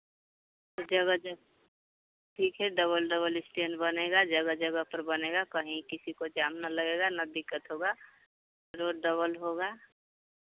जगह यह ठीक है डबल डबल स्टैन्ड बनेगा जगह जगह पर बनेगा कहीं किसी को जाम ना लगेगा ना दिक्कत होगा रोज़ डबल होगा